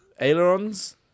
ailerons